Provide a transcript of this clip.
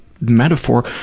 metaphor